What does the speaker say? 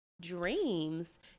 dreams